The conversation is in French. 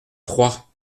troyes